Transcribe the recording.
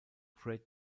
great